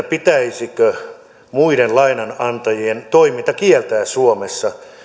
pitäisikö muiden lainanantajien toiminta kieltää suomessa